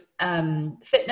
fitness